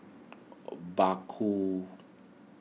Obaku